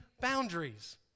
boundaries